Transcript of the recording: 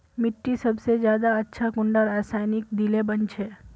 मिट्टी सबसे ज्यादा अच्छा कुंडा रासायनिक दिले बन छै?